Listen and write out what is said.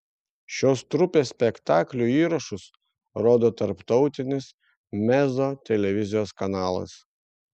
šios trupės spektaklių įrašus rodo tarptautinis mezzo televizijos kanalas